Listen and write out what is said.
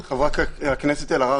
תל-אביב נסגר,